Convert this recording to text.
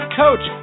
coach